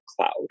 cloud